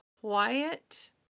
quiet